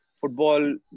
Football